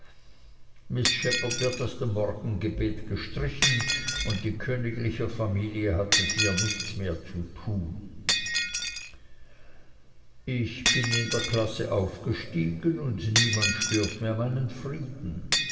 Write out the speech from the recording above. wird aus dem morgengebet gestrichen und die königliche familie hat mit ihr nichts mehr zu tun ich bin in der klasse aufgestiegen und niemand stört mehr meinen frieden